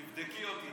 תבדקי אותי,